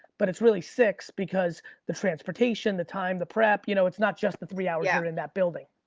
but it's really six because the transportation, the time, the prep. you know it's not just the three hours you're yeah but in that building.